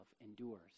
endures